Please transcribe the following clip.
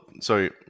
Sorry